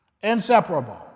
Inseparable